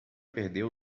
perdeu